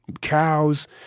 cows